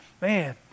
Man